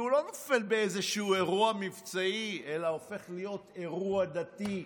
שהוא לא נופל באיזשהו אירוע מבצעי אלא הופך להיות אירוע דתי,